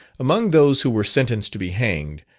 among those who were sentenced to be hanged,